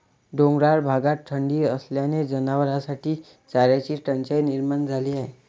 डोंगराळ भागात थंडी असल्याने जनावरांसाठी चाऱ्याची टंचाई निर्माण झाली आहे